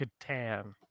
Katan